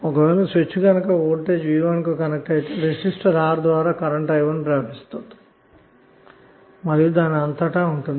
ఒక వేళ స్విచ్ గనక వోల్టేజ్ V1 కు కనెక్ట్ అయితే రెసిస్టర్ద్వారాకరెంట్ i1 ప్రవహిస్తుంది మరియుదాని అంతటా ఉంటుంది